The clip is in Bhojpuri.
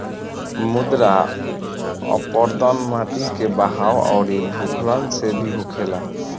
मृदा अपरदन माटी के बहाव अउरी भूखलन से भी होखेला